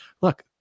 look